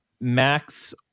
Max –